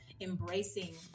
embracing